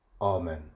Amen